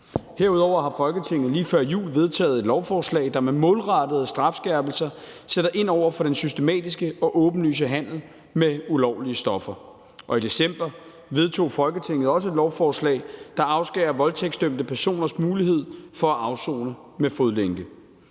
Herudover har Folketinget lige før jul vedtaget et lovforslag, der med målrettede strafskærpelser sætter ind over for den systematiske og åbenlyse handel med ulovlige stoffer. Og i december vedtog Folketinget et lovforslag, der afskærer voldtægtsdømte personers mulighed for at afsone med fodlænke.